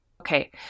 Okay